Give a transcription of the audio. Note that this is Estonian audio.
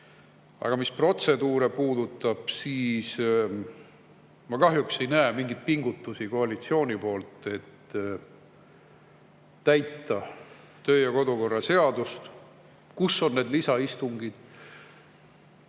Aga mis protseduure puudutab, siis ma kahjuks ei näe mingeid koalitsiooni pingutusi, et täita kodu‑ ja töökorra seadust. Kus on need lisaistungid?